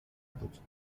بود